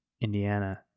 Indiana